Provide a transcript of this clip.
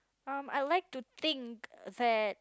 um I would like to think that